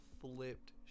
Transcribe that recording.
flipped